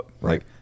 Right